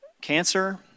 cancer